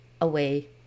away